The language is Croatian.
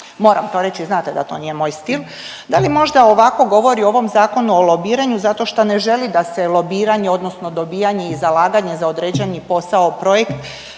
moram to reći, znate da to nije moj stil, da li možda ovako govori ovako o ovom Zakonu o lobiranju zato što ne želi da se lobiranje odnosno dobijanje i zalaganje za određeni posao, projekt,